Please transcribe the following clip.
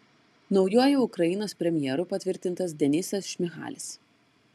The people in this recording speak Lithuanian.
naujuoju ukrainos premjeru patvirtintas denysas šmyhalis